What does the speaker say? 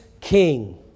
King